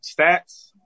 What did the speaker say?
stats